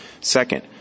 Second